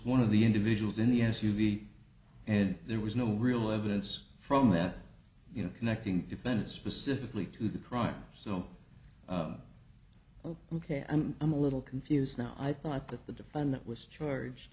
one of the individuals in the s u v and there was no real evidence from that you know connecting defendant specifically to the crime so oh ok i'm i'm a little confused now i thought that the defendant was charged